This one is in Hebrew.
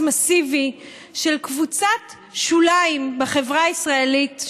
מסיבי של קבוצה שוליים בחברה הישראלית,